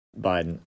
Biden